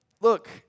look